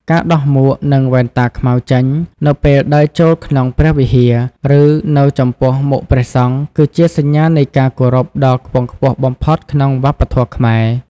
ការដោះមួក និងវ៉ែនតាខ្មៅចេញ នៅពេលដើរចូលក្នុងព្រះវិហារ ឬនៅចំពោះមុខព្រះសង្ឃ គឺជាសញ្ញានៃការគោរពដ៏ខ្ពង់ខ្ពស់បំផុតក្នុងវប្បធម៌ខ្មែរ។